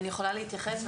אני יכולה להתייחס,